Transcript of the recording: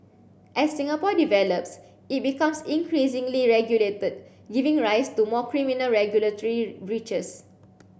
as Singapore develops it becomes increasingly regulated giving rise to more criminal regulatory breaches